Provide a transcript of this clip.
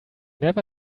never